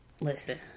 Listen